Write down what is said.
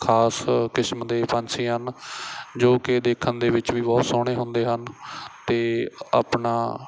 ਖਾਸ ਕਿਸਮ ਦੇ ਪੰਛੀ ਹਨ ਜੋ ਕਿ ਦੇਖਣ ਦੇ ਵਿੱਚ ਵੀ ਬਹੁਤ ਸੋਹਣੇ ਹੁੰਦੇ ਹਨ ਅਤੇ ਆਪਣਾ